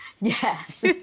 Yes